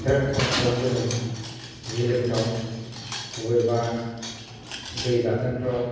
बिराद खहा खालामबोदों बिलोफ्राव बबेयावबा दै गाथोनफ्रव